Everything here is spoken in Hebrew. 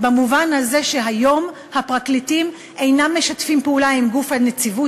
במובן הזה שהיום הפרקליטים אינם משתפים פעולה עם גוף הנציבות,